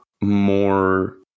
more